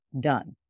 done